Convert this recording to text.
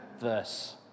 verse